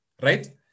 Right